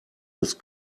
des